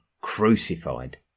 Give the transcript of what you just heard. crucified